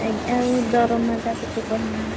ଆଜ୍ଞା ଆଉ ଦରମାଟା କେତେ କହୁନାହାନ୍ତି